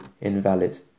invalid